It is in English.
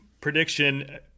prediction